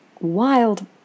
wild